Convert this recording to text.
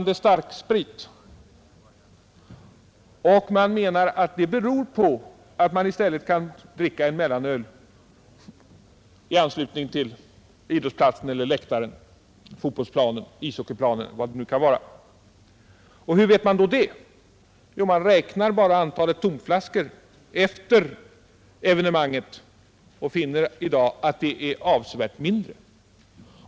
De menar att det beror på att man i stället kan dricka en mellanöl på läktaren intill fotbollsplanen, ishockeyplanen eller vad det rör sig om. Hur vet man det? Jo, man räknar bara antalet tomflaskor efter evenemanget och finner att det i dag är avsevärt mindre.